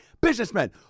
businessmen